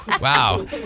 Wow